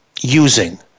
using